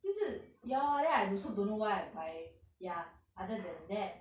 就是 ya then I also don't know why I buy ya other then that